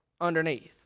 underneath